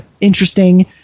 interesting